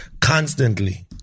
constantly